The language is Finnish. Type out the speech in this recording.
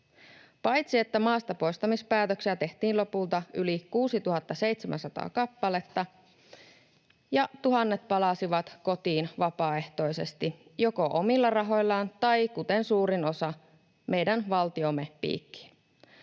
paitsi että maastapoistamispäätöksiä tehtiin lopulta yli 6 700 kappaletta ja tuhannet palasivat kotiin vapaaehtoisesti joko omilla rahoillaan tai, kuten suurin osa, meidän valtiomme piikkiin.